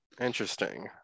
interesting